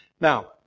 Now